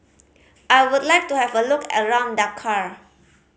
I would like to have a look around Dakar